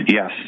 Yes